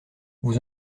vous